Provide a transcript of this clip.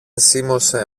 σίμωσε